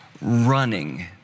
running